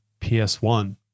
PS1